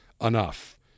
enough